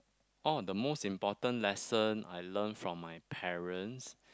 oh the most important lesson I learn from my parents